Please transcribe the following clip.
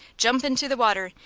jump into the water,